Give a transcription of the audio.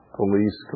police